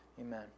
Amen